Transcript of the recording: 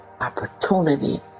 opportunity